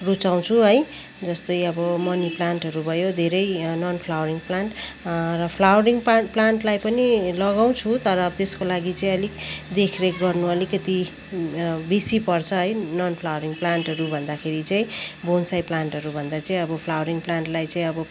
रुचाउँछु है जस्तै अब मनी प्लान्टहरू भयो धेरै नन् फ्लावरिङ प्लान्ट र पान्ट प्लान्टलाई पनि लगाउँछु तर त्यसको लागि चाहिँ अलिक देख रेख गर्न अलिकति बेसी पर्छ है नन् फ्लावरिङ प्लान्टहरू भन्दाखेरि चाहिँ बोन्साई प्लान्टहरूभन्दा चाहिँ अब फ्लावरिङ प्लान्टलाई चाहिँ अब